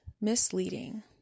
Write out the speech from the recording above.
misleading